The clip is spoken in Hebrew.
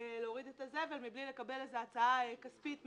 את הזבל מבלי לקבל איזו הצעה כספית מעניינת.